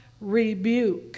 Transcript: rebuke